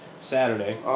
Saturday